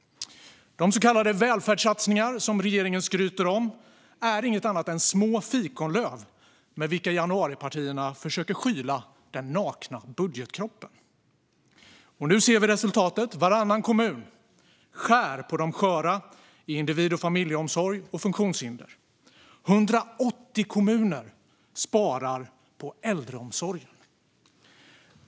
De så kallade välfärdssatsningar som regeringen skryter om är inget annat än små fikonlöv med vilka januaripartierna försöker skyla den nakna budgetkroppen. Nu ser vi resultatet: Varannan kommun skär ned på de sköra i individ och familjeomsorg och människor med funktionshinder. 180 kommuner sparar på äldreomsorgen.